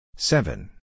Seven